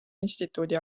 instituudi